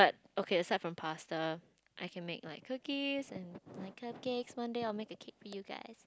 okay except from pasta I can make like cookies and like cupcakes one day I will make a cake for you guys